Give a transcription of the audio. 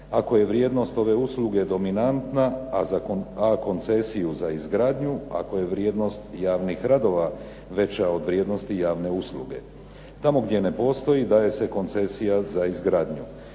ako je vrijednost ove usluge dominantna, a koncesiju za izgradnju ako je vrijednost javnih radova veća od vrijednosti javne usluge. Tamo gdje ne postoji, daje se koncesija za izgradnju.